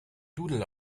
doodle